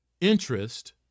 interest